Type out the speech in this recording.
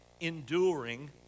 enduring